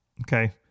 Okay